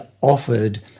offered